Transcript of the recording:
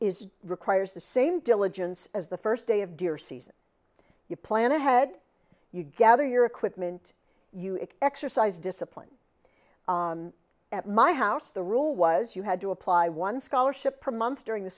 is requires the same diligence as the first day of deer season you plan ahead you gather your equipment you exercise discipline at my house the rule was you had to apply one scholarship per month during the